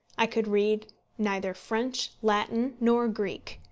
i could read neither french, latin, nor greek.